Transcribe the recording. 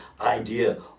idea